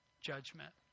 judgment